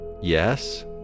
yes